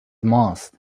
ماست